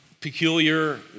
peculiar